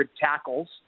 tackles